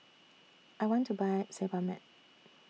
I want to Buy Sebamed